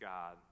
God